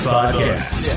Podcast